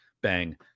bang